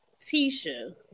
Tisha